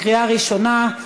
לקריאה ראשונה.